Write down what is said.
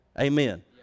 Amen